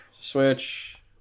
Switch